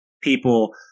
people